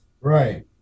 Right